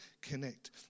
connect